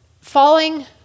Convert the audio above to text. Falling